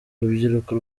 rubyiruko